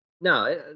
no